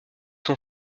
son